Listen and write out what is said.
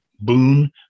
boon